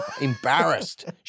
Embarrassed